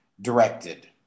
directed